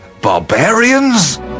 barbarians